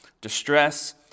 Distress